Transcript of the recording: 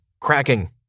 cracking